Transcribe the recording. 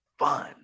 fun